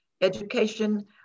Education